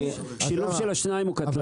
שילוב של השניים הוא קטלני.